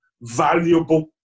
valuable